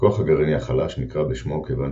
הכוח הגרעיני החלש נקרא בשמו כיוון